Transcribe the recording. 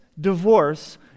divorce